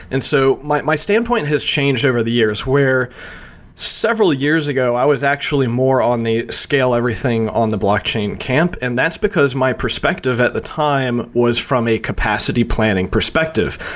and so my my standpoint has changed over the years, where several years ago, i was actually more on the scale everything on the blockchain camp, and that's because my perspective at the time was from a capacity planning perspective.